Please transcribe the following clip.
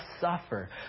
suffer